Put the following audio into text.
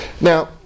Now